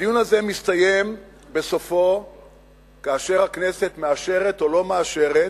הדיון הזה מסתיים כאשר בסופו הכנסת מאשרת או לא מאשרת